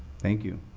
thank you.